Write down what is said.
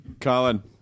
Colin